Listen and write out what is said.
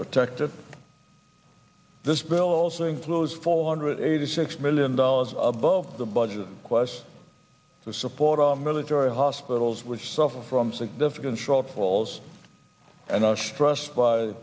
protected this bill also includes four hundred eighty six million dollars above the budget requests to support our military hospitals which suffer from significant shortfalls and are stressed by